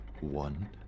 One